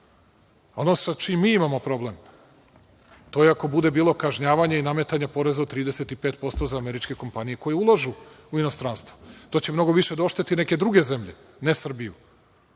sa čim mi imamo problem, to je ako bude bilo kažnjavanja i nametanja poreza od 35% za američke kompanije koje ulažu u inostranstvo. To će mnogo više da ošteti neke druge zemlje, ne Srbiju,